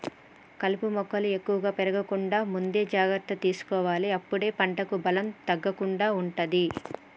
కలుపు మొక్కలు ఎక్కువ పెరగకుండా ముందే జాగ్రత్త తీసుకోవాలె అప్పుడే పంటకు బలం తగ్గకుండా ఉంటది